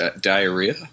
Diarrhea